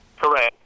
Correct